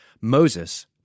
Moses